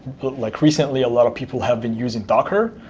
like recently a lot of people have been using docker,